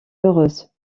heureuse